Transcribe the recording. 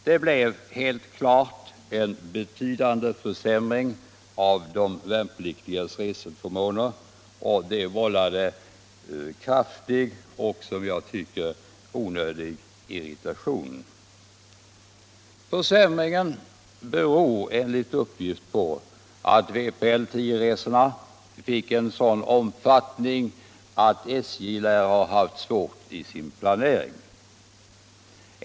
Det blev helt klart en betydande försämring av de värnpliktigas reseförmåner och det vållade kraftig och, som jag tycker, onödig irritation. i Försämringen beror enligt uppgift på att vpl 10-resorna fick en sådan omfattning att SJ lär ha haft svårt i sin planering.